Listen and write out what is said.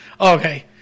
Okay